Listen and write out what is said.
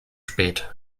spät